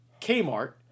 Kmart